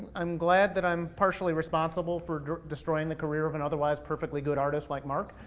i'm glad that i'm partially responsible for destroying the career, of an otherwise, perfectly good artist, like mark,